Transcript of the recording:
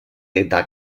eta